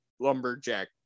lumberjack